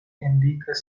indikas